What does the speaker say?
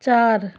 চার